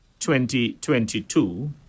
2022